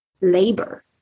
labor